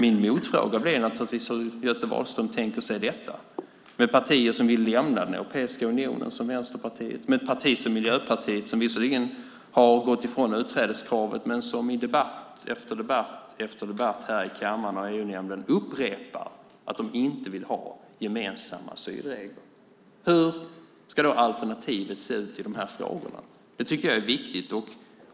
Min motfråga blir hur Göte Wahlström tänker sig detta med partier som vill lämna den europeiska unionen, som Vänsterpartiet, och med ett parti som Miljöpartiet som visserligen har gått ifrån utträdeskravet men som i debatt efter debatt här i kammaren och EU-nämnden upprepar att de inte vill ha gemensamma asylregler. Hur ska då alternativet se ut i de här frågorna? Det tycker jag är viktigt.